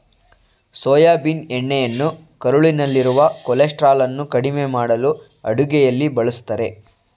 soybean ಎಣ್ಣೆಯನ್ನು ಕರುಳಿನಲ್ಲಿರುವ ಕೊಲೆಸ್ಟ್ರಾಲನ್ನು ಕಡಿಮೆ ಮಾಡಲು ಅಡುಗೆಯಲ್ಲಿ ಬಳ್ಸತ್ತರೆ